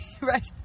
Right